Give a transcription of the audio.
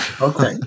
Okay